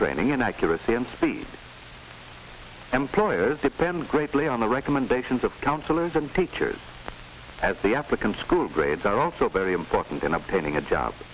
training in accuracy and speed employers depend greatly on the recommendations of counselors and teachers as the applicant school grades are also very important in obtaining a job